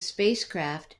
spacecraft